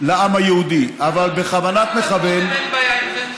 לעם היהודי, אבל בכוונת מכוון, אין בעיה עם זה?